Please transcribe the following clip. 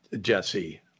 Jesse